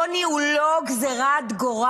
עוני הוא לא גזרת גורל,